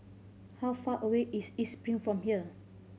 how far away is East Spring from here